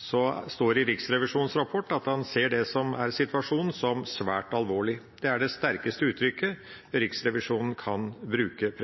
står det i Riksrevisjonens rapport at en ser situasjonen som «svært alvorlig». Det er det sterkeste uttrykket Riksrevisjonen kan bruke.